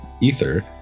ether